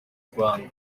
rwanda